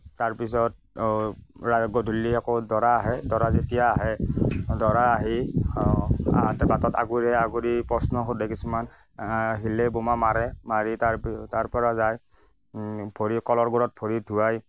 তাৰপিছত অঁ গধূলি আকৌ দৰা আহে দৰা যেতিয়া আহে দৰা আহি আহোতে বাটত আগুৰে আগুৰি প্ৰশ্ন সোধে কিছুমান হিলৈ বোমা মাৰে মাৰি তাৰ পৰা তাৰ পৰা যায় ভৰি কলৰ পাৰত ভৰি ধুৱায়